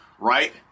right